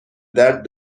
درد